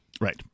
Right